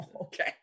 Okay